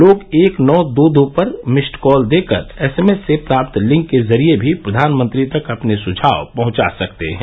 लोग एक र्नी दो दो पर मिस्ड कॉल देकर एसएमएस में प्राप्त लिंक के जरिए भी प्रधानमंत्री तक अपने सुझाव पहुंचा सकते हैं